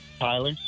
Tyler